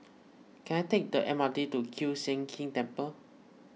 can I take the M R T to Kiew Sian King Temple